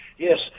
Yes